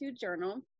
journal